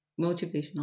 motivational